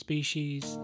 Species